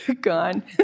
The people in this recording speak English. gone